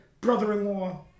Brother-in-law